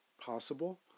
possible